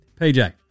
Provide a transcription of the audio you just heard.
PJ